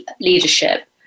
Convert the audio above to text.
leadership